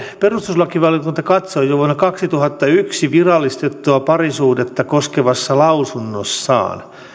perustuslakivaliokunta katsoi jo vuonna kaksituhattayksi virallistettua parisuhdetta koskevassa lausunnossaan